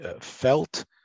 felt